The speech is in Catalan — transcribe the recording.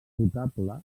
potable